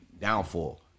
downfall